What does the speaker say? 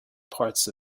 parts